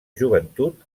joventut